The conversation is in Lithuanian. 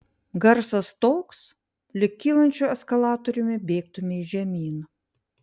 garsas toks lyg kylančiu eskalatoriumi bėgtumei žemyn